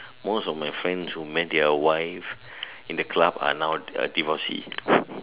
most of my friends who met their wife in the club are now divorcee